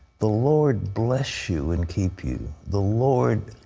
the lord bless you and keep you. the lord